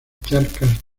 charcas